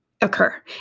occur